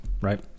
right